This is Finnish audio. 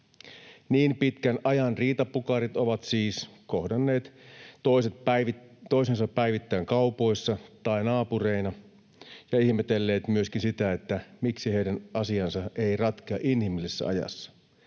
Niin pitkän ajan riitapukarit ovat siis kohdanneet toisensa päivittäin kaupoissa tai naapureina ja ihmetelleet myöskin sitä, miksi heidän asiansa ei ratkea inhimillisessä ajassa.